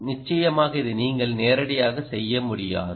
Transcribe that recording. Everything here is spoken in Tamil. நிச்சயமாக இதை நீங்கள் நேரடியாக செய்ய முடியாது